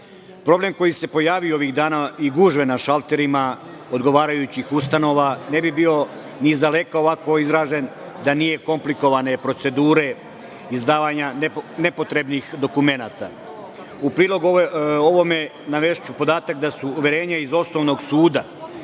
oružje. Problem koji se pojavio ovih dana i gužve na šalterima odgovarajućih ustanova ne bi bio ni izdaleka ovako izražen da nije komplikovane procedure izdavanja nepotrebnih dokumenata.U prilog ovome navešću podatak da su uverenja iz osnovnog suda